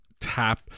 tap